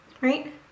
right